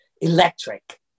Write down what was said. electric